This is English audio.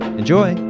enjoy